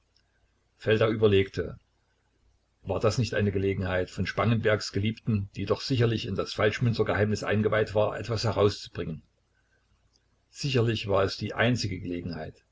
feldau überlegte war das nicht eine gelegenheit von spangenbergs geliebten die doch sicherlich in das falschmünzergeheimnis eingeweiht war etwas herauszubringen sicherlich war es die einzige gelegenheit